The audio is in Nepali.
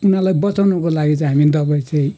उनीहरूलाई बचाउनको लागि चाहिँ हामी दबाई चाहिँ